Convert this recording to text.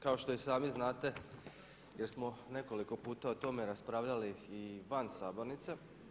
Kao što i sami znate jer smo nekoliko puta o tome raspravljali i van sabornice.